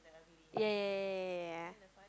ya ya ya ya ya